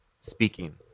speaking